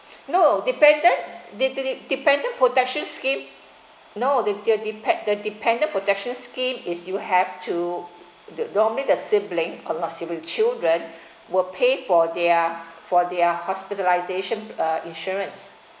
no dependent de~ de~ de~ dependent protection scheme no the depen~ the dependent protection scheme is you have to normally the sibling not sibling children will pay for their for their hospitalization uh insurance